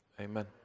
Amen